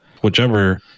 whichever